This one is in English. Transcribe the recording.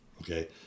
Okay